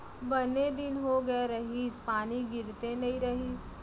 बने दिन हो गए रहिस, पानी गिरते नइ रहिस